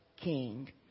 king